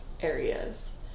areas